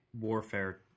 warfare